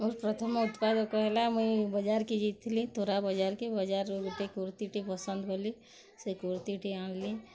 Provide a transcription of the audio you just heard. ମୋର୍ ପ୍ରଥମ ଉତ୍ପାଦକ ହେଲା ମୁଇଁ ବଜାର୍କେ ଯାଇଥିଲି ତୋରା ବଜାର୍କେ ବଜାରୁ ଗୁଟେ କୁର୍ତ୍ତୀଟେ ପସନ୍ଦ କଲି ସେ କୁର୍ତ୍ତିଟେ ଆନ୍ଲି